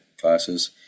classes